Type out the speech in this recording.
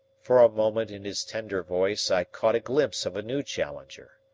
for a moment in his tender voice i caught a glimpse of a new challenger,